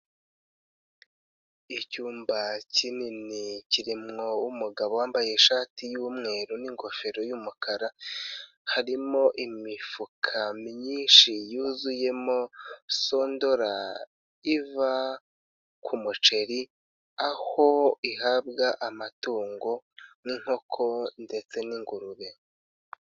Icyumba kinini kimo umugabo wambaye ishati y'umweru n'ingofero y'umukara, harimo imifuka myinshi yuzuyemo sondora iva ku muceri, aho ihabwa amatungo nk'inkoko ndetse n'ingurube.